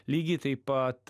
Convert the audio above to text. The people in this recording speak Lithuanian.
lygiai taip pat